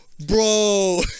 bro